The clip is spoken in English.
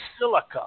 silica